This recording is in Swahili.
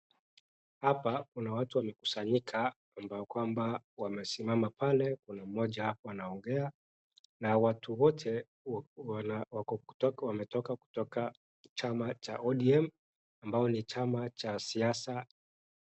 Hapa kuna watu wamekusanyika ambao kwamba wamesimama pale. Kuna mmoja anaongea na watu wote wana wako kutoka kwa chama cha ODM ambao ni chama cha siasa.